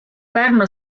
pärnu